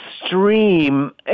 extreme